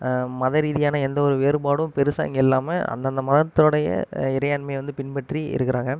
மதரீதியான எந்தவொரு வேறுபாடும் பெருசாக இங்கே இல்லாமல் அந்த அந்த மதத்தோடைய இறையாண்மையை வந்து பின்பற்றி இருக்கிறாங்க